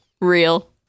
real